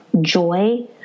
joy